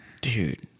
dude